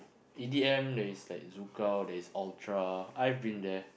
E_D_M there is like ZoukOut there is Ultra I've been there